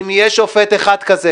אם יש שופט אחד כזה